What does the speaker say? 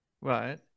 right